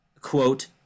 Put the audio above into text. Quote